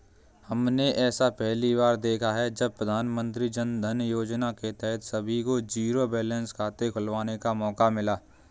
हमने ऐसा पहली बार देखा है जब प्रधानमन्त्री जनधन योजना के तहत सभी को जीरो बैलेंस खाते खुलवाने का मौका मिला